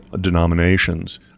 denominations